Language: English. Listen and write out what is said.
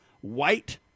white